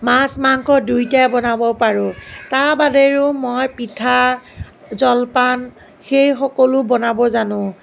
মাছ মাংস দুইটাই বনাব পাৰোঁ তাৰ বাদেও মই পিঠা জলপান সেই সকলো বনাব জানোঁ